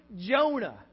Jonah